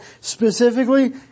specifically